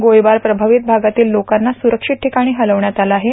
गोळीबार प्रभावित भागातील लोकांना सुरक्षित ठिकाणी हलविण्यात आलं आहे